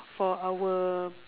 for our